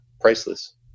priceless